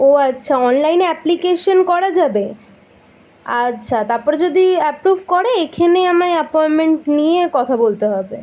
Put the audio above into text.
ও আচ্ছা অনলাইনে অ্যাপ্লিকেশন করা যাবে আচ্ছা তাপরে যদি অ্যাপ্রুভ করে এখানেই আমায় অ্যাপয়েনমেন্ট নিয়ে কথা বলতে হবে